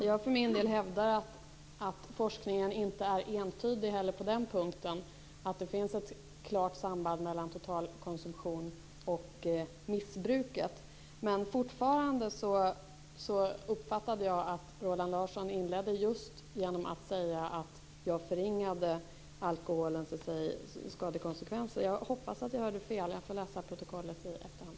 Fru talman! Jag hävdar för min del att forskningen inte är entydig på den här punkten, dvs. att det skulle finnas ett klart samband mellan totalkonsumtionen och missbruket. Jag uppfattade trots allt att Roland Larsson inledde just med att säga att jag förringade alkoholens skadekonsekvenser. Jag hoppas att jag hörde fel, men jag får läsa protokollet i efterhand.